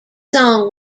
song